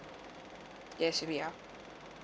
yes